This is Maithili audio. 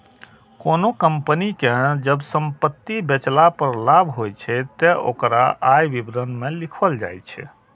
कोनों कंपनी कें जब संपत्ति बेचला पर लाभ होइ छै, ते ओकरा आय विवरण मे लिखल जाइ छै